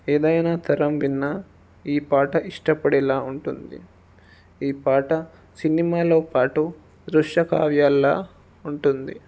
ఏదైనా తరం విన్న ఈ పాట ఇష్టపడేలా ఉంటుంది ఈ పాట సినిమాలో పాటు దృశ్య కావ్యాల్లా ఉంటుంది